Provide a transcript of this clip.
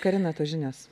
karina tos žinios